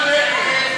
נגד המליאה.